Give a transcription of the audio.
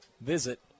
visit